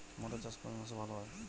মটর চাষ কোন মাসে ভালো হয়?